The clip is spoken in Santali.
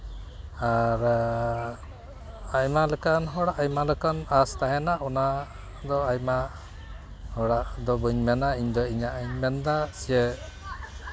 ᱟᱨ ᱟᱭᱢᱟ ᱞᱮᱠᱟᱱ ᱦᱚᱲ ᱟᱭᱢᱟ ᱞᱮᱠᱟᱱ ᱟᱥ ᱛᱟᱦᱮᱱᱟ ᱚᱱᱟ ᱫᱚ ᱟᱭᱢᱟ ᱦᱚᱲᱟᱜ ᱫᱚ ᱵᱟᱹᱧ ᱢᱮᱱᱟ ᱤᱧᱫᱚ ᱤᱧᱟᱜ ᱤᱧ ᱢᱮᱱᱫᱟ ᱥᱮ